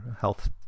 health